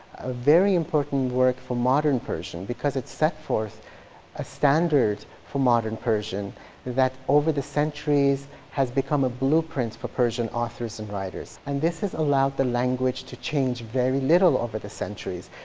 a very important work for modern persian because it set forth a standard for modern persian that over the centuries has become a blueprint for persian authors and writers. and this has allowed the language to change very little over the centuries.